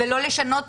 לא לשנות.